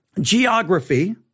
geography